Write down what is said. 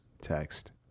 text